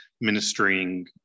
ministering